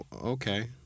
Okay